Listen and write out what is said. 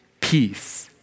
peace